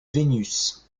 vénus